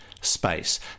Space